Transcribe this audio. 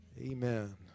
Amen